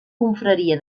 confraria